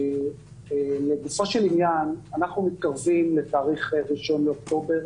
לגופו של עניין, אנחנו מתקרבים לתאריך 1 באוקטובר,